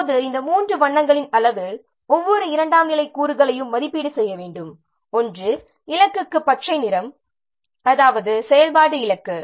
இப்போது இந்த மூன்று வண்ணங்களின் அளவில் ஒவ்வொரு இரண்டாம் நிலை கூறுகளையும் மதிப்பீடு செய்ய வேண்டும் ஒன்று இலக்குக்கு பச்சை நிறம் அதாவது செயல்பாடு இலக்கு